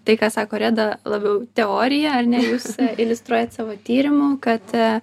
tai ką sako reda labiau teorija ar ne jūs iliustruojat savo tyrimu kad